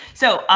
so